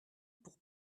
pour